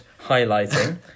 highlighting